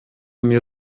mir